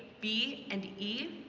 b, and e.